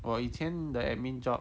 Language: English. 我以前 the admin job